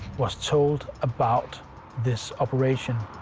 was told about this operation.